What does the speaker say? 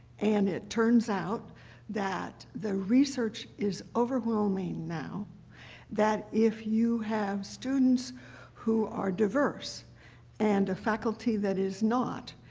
and it turns out that the research is overwhelming now that if you have students who are diverse and a faculty that is not,